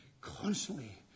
constantly